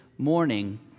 morning